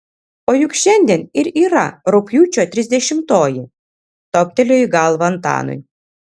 o juk šiandien ir yra rugpjūčio trisdešimtoji toptelėjo į galvą antanui